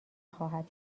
خواهد